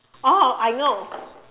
oh I know